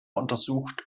untersucht